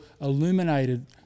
illuminated